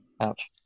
Ouch